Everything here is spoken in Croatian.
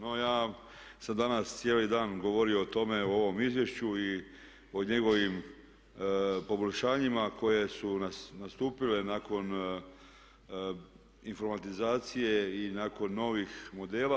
No ja sam danas cijeli dan govorio o tome u ovom izvješću i o njegovim poboljšanjima koje su nastupile nakon informatizacije i nakon novih modela.